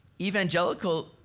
evangelical